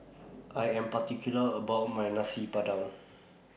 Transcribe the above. I Am particular about My Nasi Padang